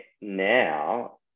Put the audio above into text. now